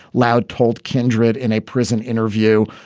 leod told kindred in a prison interview.